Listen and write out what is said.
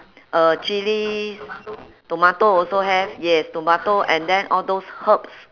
uh chillies tomato also have yes tomato and then all those herbs